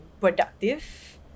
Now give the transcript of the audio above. productive